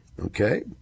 Okay